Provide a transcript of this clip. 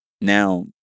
Now